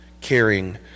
caring